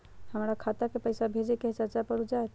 हमरा खाता के पईसा भेजेए के हई चाचा पर ऊ जाएत?